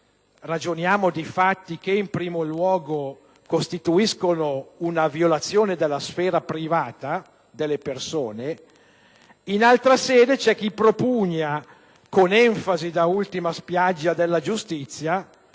ragioniamo di fatti che in primo luogo costituiscono una violazione della sfera privata delle persone, in altra sede c'è chi propugna, con enfasi da ultima spiaggia della giustizia,